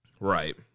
right